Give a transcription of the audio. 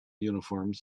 uniforms